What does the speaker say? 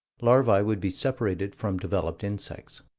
larvae would be separated from developed insects.